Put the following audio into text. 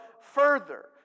further